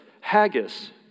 Haggis